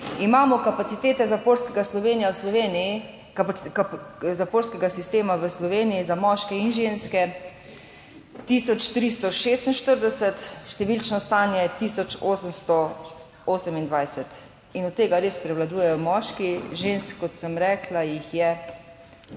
imamo kapacitete zaporskega sistema v Sloveniji za moške in ženske 1346, številčno stanje 1828 in od tega res prevladujejo moški, žensk, kot sem rekla, jih je 94